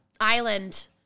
island